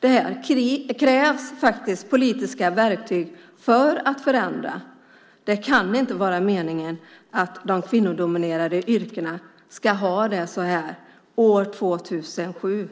För att förändra detta krävs faktiskt politiska verktyg. Det kan inte vara meningen att de kvinnodominerade yrkena ska ha det så här år 2007.